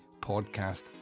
podcast